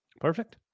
Perfect